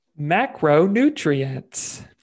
Macronutrients